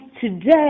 today